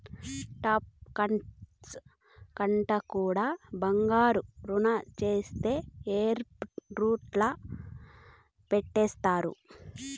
tariff tax కట్టకుండా బంగారం రవాణా చేస్తే ఎయిర్పోర్టుల్ల పట్టేస్తారు